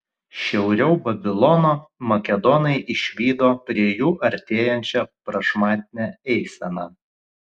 šiauriau babilono makedonai išvydo prie jų artėjančią prašmatnią eiseną